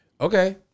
Okay